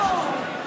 למשהו.